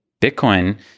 Bitcoin